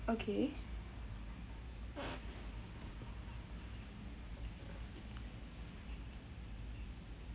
okay